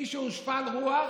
מי שהוא שפל רוח,